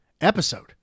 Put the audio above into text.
episode